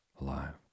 alive